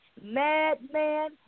Madman